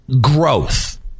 growth